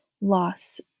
loss